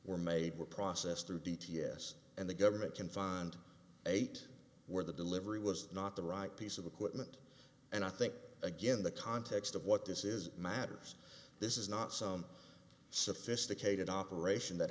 were made were processed through d t s and the government can find eight where the delivery was not the right piece of equipment and i think again the context of what this is matters this is not some sophisticated operation that